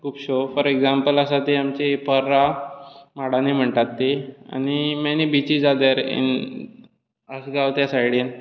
खिबश्या for example आमची पर्रा माडांनी म्हणटात ती आनी many beaches are there in Assagao त्या सायडीन